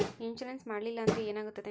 Insurance ಮಾಡಲಿಲ್ಲ ಅಂದ್ರೆ ಏನಾಗುತ್ತದೆ?